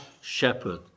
shepherd